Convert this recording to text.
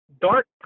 dark